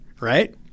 right